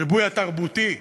הריבוי התרבותי,